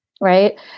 Right